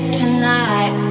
tonight